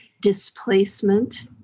displacement